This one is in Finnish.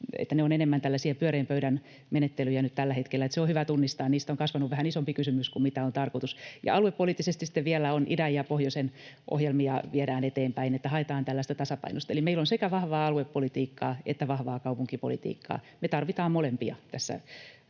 että ne ovat enemmän tällaisia pyöreän pöydän menettelyjä nyt tällä hetkellä. Se on hyvä tunnistaa. Niistä on kasvanut vähän isompi kysymys kuin mitä on tarkoitus. Ja aluepoliittisesti sitten vielä idän ja pohjoisen ohjelmia viedään eteenpäin. Eli haetaan tällaista tasapainoista, että meillä on sekä vahvaa aluepolitiikkaa että vahvaa kaupunkipolitiikkaa. Me tarvitaan molempia